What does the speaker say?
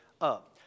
up